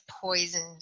poisoned